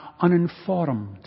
uninformed